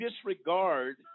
disregard